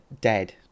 dead